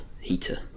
heater